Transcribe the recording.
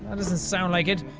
um doesn't sound like it.